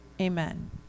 amen